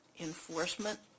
Enforcement